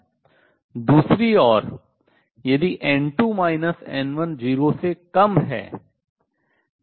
दूसरी ओर यदि n2 n1 0 से कम है